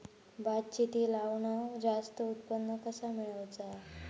भात शेती लावण जास्त उत्पन्न कसा मेळवचा?